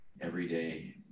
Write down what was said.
everyday